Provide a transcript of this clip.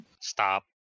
Stop